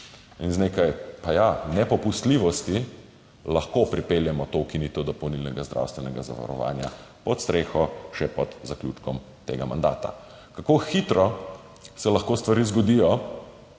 in z nekaj, pa ja, nepopustljivosti lahko pripeljemo to ukinitev dopolnilnega zdravstvenega zavarovanja pod streho še pred zaključkom tega mandata. Kako hitro se lahko stvari zgodijo,